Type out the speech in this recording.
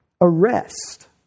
arrest